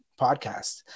podcast